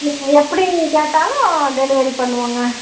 நீங்கள் எப்பிடி கேட்டாலும் டெலிவரி பண்ணுவோங்க